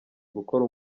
gukora